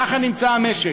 ככה נמצא המשק.